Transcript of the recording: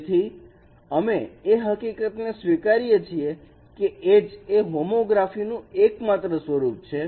તેથી અમે તે હકીકત સ્વીકારીએ છીએ કે H એ હોમોગ્રાફી નું એકમાત્ર સ્વરૂપ છે